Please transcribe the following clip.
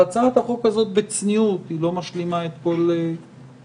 הצעת החוק הזו לא משלימה את כל המעשה,